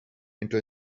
into